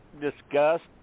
discussed